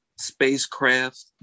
spacecraft